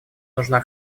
нужна